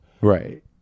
Right